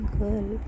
girl